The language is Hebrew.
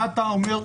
מה זה